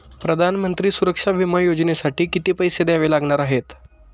प्रधानमंत्री सुरक्षा विमा योजनेसाठी किती पैसे द्यावे लागणार आहेत?